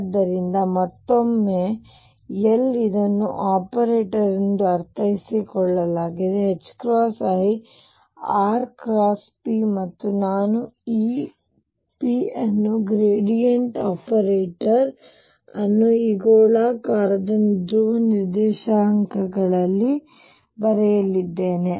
ಆದ್ದರಿಂದ ಮತ್ತೊಮ್ಮೆ L ಇದನ್ನು ಆಪರೇಟರ್ ಎಂದು ಅರ್ಥೈಸಿಕೊಳ್ಳಲಾಗಿದೆ ir×p ಮತ್ತು ನಾನು ಈ P ಅನ್ನು ಗ್ರೇಡಿಯಂಟ್ ಆಪರೇಟರ್ ಅನ್ನು ಈ ಗೋಳಾಕಾರದ ಧ್ರುವ ನಿರ್ದೇಶಾಂಕಗಳ ವಿಷಯದಲ್ಲಿ ಬರೆಯಲಿದ್ದೇನೆ